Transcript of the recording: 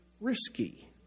risky